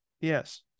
yes